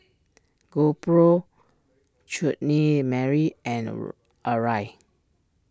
GoPro Chutney Mary and Arai